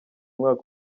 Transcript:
mwaka